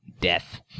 death